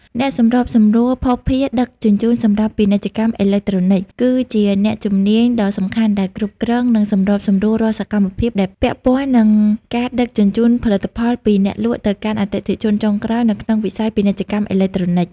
អ្នកសម្របសម្រួលភស្តុភារដឹកជញ្ជូនសម្រាប់ពាណិជ្ជកម្មអេឡិចត្រូនិក គឺជាអ្នកជំនាញដ៏សំខាន់ដែលគ្រប់គ្រង និងសម្របសម្រួលរាល់សកម្មភាពដែលពាក់ព័ន្ធនឹងការដឹកជញ្ជូនផលិតផលពីអ្នកលក់ទៅកាន់អតិថិជនចុងក្រោយនៅក្នុងវិស័យពាណិជ្ជកម្មអេឡិចត្រូនិក។